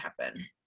happen